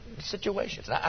situations